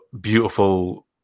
beautiful